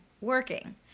working